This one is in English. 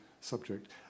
subject